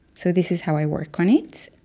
so this is how i work on it.